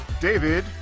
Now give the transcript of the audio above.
David